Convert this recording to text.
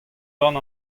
gant